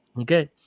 Okay